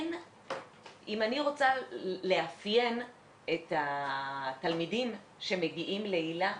אם אני רוצה לאפיין את התלמידים שמגיעים להיל"ה,